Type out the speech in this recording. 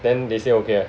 then they say okay ah